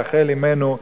רחל אמנו,